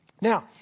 Now